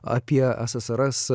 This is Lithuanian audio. apie ssrs